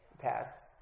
tasks